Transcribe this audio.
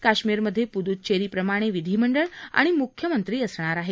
काश्मीरमध्ये पुडुचेरी प्रमाणे विधिमंडळ आणि मुख्यमंत्री असणार आहे